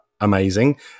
amazing